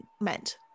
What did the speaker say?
meant